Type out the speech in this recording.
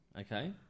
Okay